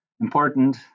important